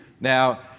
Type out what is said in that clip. Now